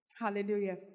Hallelujah